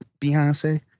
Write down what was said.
Beyonce